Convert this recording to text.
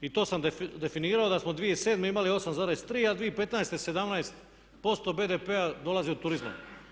I to sam definirao da smo 2007. imali 8,3 a 2015. 17% BDP-a dolazi od turizma.